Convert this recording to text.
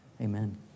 amen